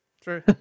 True